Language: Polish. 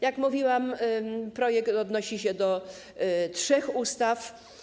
Jak mówiłam, projekt odnosi się do trzech ustaw.